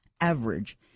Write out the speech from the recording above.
average